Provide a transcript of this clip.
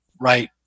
right